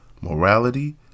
morality